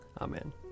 Amen